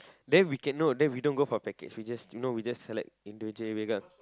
then we can no then we don't go for package we just no we just select individually we got